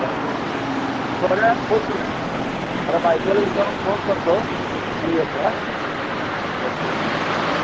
बरं थोड्या वेळात फोन करतो जरा बायकोला विचारून फोन करतो आणि येतो हां ओके ओके